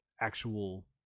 actual